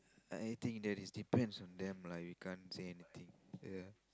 I think that is depends on them lah we can't say anything ya